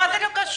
מה זה קשור?